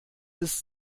ist